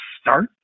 start